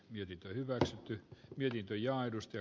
mietintö hyväksytyt mietintöjä aikuisten